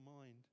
mind